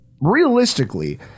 Realistically